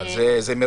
אבל זה מרוקן.